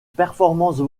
performances